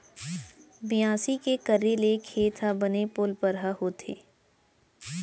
बियासी के करे ले खेत ह बने पोलपरहा होथे